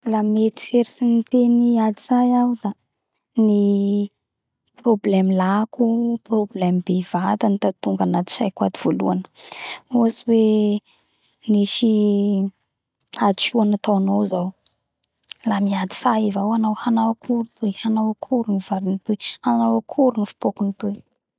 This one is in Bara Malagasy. La mieritseritsy ny teny ady tsay iaho da ny problemo lako problemo bevata ny tonga atsaiko ato voalohany ohatsy hoe misy hadisoa nataonao zao la miady tsay avao anao hanao akory toy hanao akory valiny toy hanao akory fipky ny toy